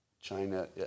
China